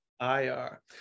IR